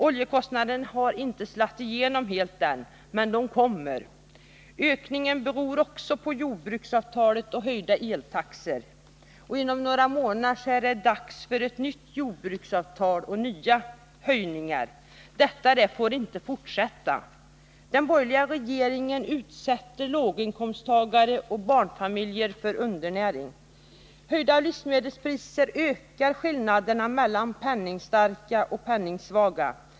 Oljekostnaderna har inte helt slagit igenom än, men de kommer. Ökningen beror också på jordbruksavtalet och på höjda eltaxor. Inom några månader är det dags för ett nytt jordbruksavtal och nya höjningar. Detta får inte fortsätta. Den borgerliga regeringen utsätter låginkomsttagare och barnfamiljer för undernäring. Höjda livsmedelspriser ökar skillnaden mellan penningstarka och penningsvaga.